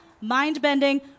mind-bending